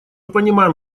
понимаем